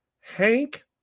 Hank